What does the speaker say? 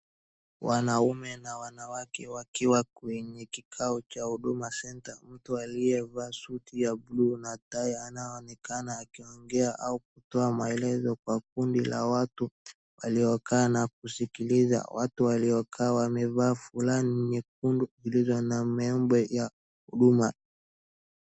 Wanaume na wanawake wakiwa kwenye kikao cha Huduma Center. Mtu aliyevaa suti ya blue anaonekana akiongea au kutoa maelezo kwa kundi la watu waliokaa na kuzikiliza watu waliokaa wamevaa fulana nyekundu iliyo na label ya huduma.